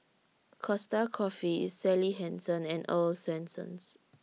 Costa Coffee Sally Hansen and Earl's Swensens